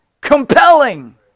compelling